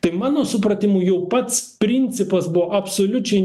tai mano supratimu jau pats principas buvo absoliučiai